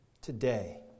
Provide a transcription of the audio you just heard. Today